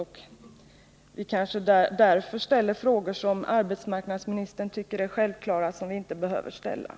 Det är kanske också därför vi ställer frågor som arbetsmarknadsministern tycker är självklara och som inte behöver ställas.